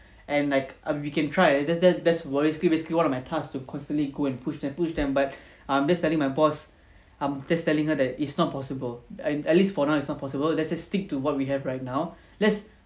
and like um you can try that's that's while it's basically one of my task to constantly go and push and push them but I'm just telling my boss I'm just telling her that it's not possible at least for now it's not possible let's just stick to what we have right now let's